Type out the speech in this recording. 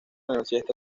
universidad